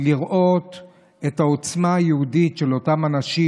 לראות את העוצמה היהודית של אותם אנשים,